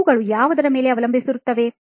ಅವುಗಳು ಯಾವುದರ ಮೇಲೆ ಅವಲಂಬಿಸಿರುತ್ತದೆ